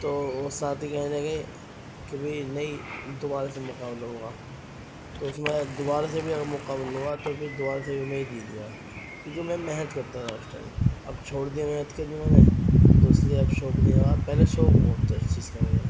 تو وہ ساتھی کہنے لگے کہ بھائی نہیں دوبارہ سے مقابلہ ہوگا تو اس میں دوبارہ سے بھی اگر مقابلہ ہوا تو بھی دوبارہ سے بھی میں ہی جیت گیا کیونکہ میں محنت کرتا تھا اس ٹائم اب چھوڑ دیا محنت کرنی میں نے تو اس لیے اب شوق نہیں رہا پہلے شوق بہت تھا اس چیز کا مجھے